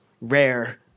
rare